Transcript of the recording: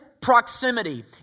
proximity